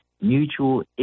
mutual